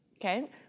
Okay